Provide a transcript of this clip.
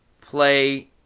play